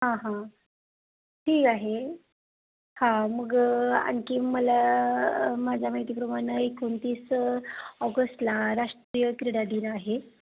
हां हां ठीक आहे हां मग आणखी मला माझ्या माहितीप्रमाणं एकोणतीस ऑगस्टला राष्ट्रीय क्रीडा दिन आहे